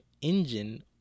engine